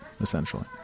Essentially